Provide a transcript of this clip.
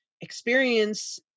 experience